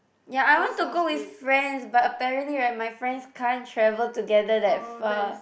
ya I want to go with friends but apparently right my friends can't travel together that far